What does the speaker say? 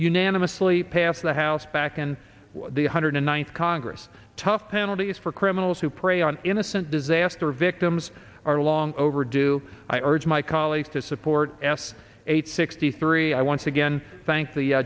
unanimously passed the house back and the one hundred one congress tough penalties for criminals who prey on innocent disaster victims are long overdue i urge my colleagues to support s eight sixty three i once again thank the